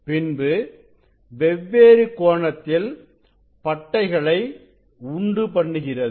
பின்பு வெவ்வேறு கோணத்தில் பட்டைகளை உண்டுபண்ணுகிறது